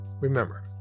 Remember